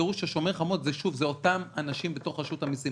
ותזכרו שזה אותם אנשים בתוך רשות המסים.